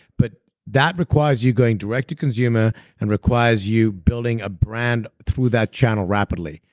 but that requires you going direct-to-consumer and requires you building a brand through that channel rapidly.